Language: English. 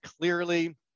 clearly